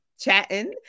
chatting